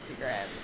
Instagram